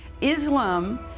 Islam